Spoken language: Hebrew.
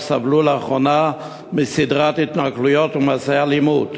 סבלו לאחרונה מסדרת התנכלויות ומעשי אלימות.